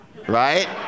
Right